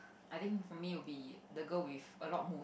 I think for me will be the girl with a lot